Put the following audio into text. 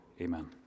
amen